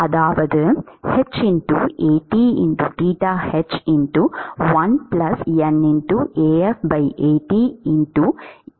அதாவது hAt theta b 1N ஆக உள்ளது